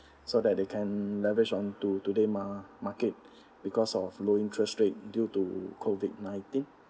so that they can leverage on to~ today mar~ market because of low interest rate due to COVID nineteen